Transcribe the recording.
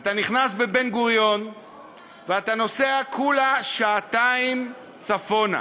אתה נכנס בבן-גוריון ואתה נוסע כולה שעתיים צפונה,